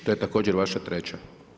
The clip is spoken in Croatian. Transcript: To je također vaša treća.